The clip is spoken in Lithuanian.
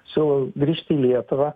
sugrįžt į lietuvą